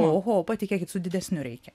oho patikėkit su didesniu reikia